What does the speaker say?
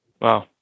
Wow